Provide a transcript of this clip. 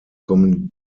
kommen